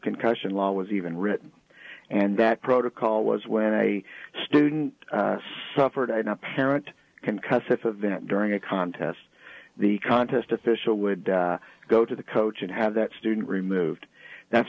concussion law was even written and that protocol was when a student suffered an apparent concussed if event during a contest the contest official would go to the coach and have that student removed that